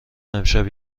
امشب